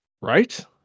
Right